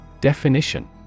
Definition